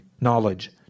knowledge